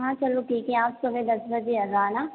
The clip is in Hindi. हाँ चलो ठीक है आप सुबह दस बजे आ जाना